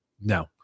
No